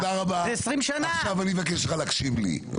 תודה רבה עכשיו אני מבקש ממך להקשיב לי.